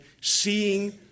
seeing